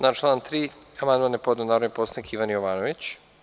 Na član 3. amandman je podneo narodni poslanik Ivan Jovanović.